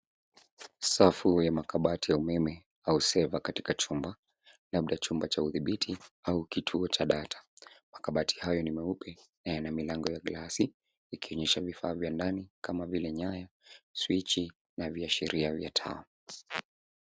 Safu ya makabati ya umeme au sefu katika chumba, labda chumba cha udhabiti au kituo cha data. Makabati hayo ni meupe na yana milango ya glasi, ikionyesha vifaa vya ndani kama vile nyaya, swichi na viashiria vya taa.